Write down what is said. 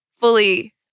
fully